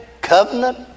covenant